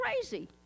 crazy